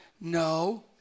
no